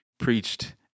Preached